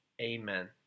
amen